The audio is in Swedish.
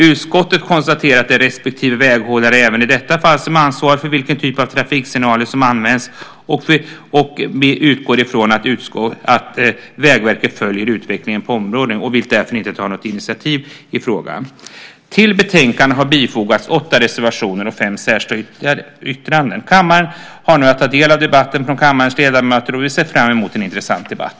Utskottet konstaterar att det även i detta fall är respektive väghållare som har ansvar för vilken typ av trafiksignaler som används. Utskottet utgår från att Vägverket följer utvecklingen på området och vill därför inte ta något initiativ i frågan. Till betänkandet har fogats åtta reservationer och fem särskilda yttranden. Kammaren har nu att ta del av debatten mellan kammarens ledamöter. Vi ser fram emot en intressant debatt.